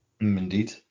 indeed